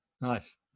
Nice